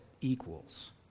equals